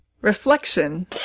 Reflection